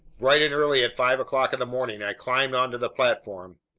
bright and early at five o'clock in the morning, i climbed onto the platform.